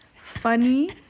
funny